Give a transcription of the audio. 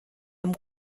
amb